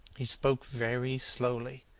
he spoke very slowly,